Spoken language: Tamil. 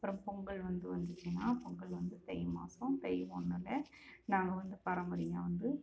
அப்புறம் பொங்கல் வந்து வந்துச்சுனா பொங்கல் வந்து தை மாதம் தை ஒன்றில் நாங்கள் வந்து பரம்பரையாக வந்து